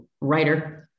writer